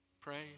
pray